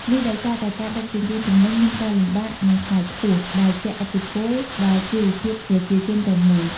នេះដោយសារតែការដឹកជញ្ជូនទំនិញមានការលំបាក និងថ្លៃខ្ពស់ ដែលជះឥទ្ធិពលដល់ជីវភាពប្រជាជនទាំងមូល។